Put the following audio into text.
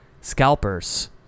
scalpers